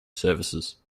services